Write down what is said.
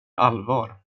allvar